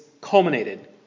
culminated